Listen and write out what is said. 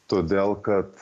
todėl kad